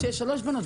שיר,